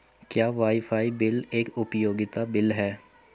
क्या wifi bill एक उपयोगिता बिल है?